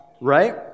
right